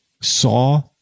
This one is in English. saw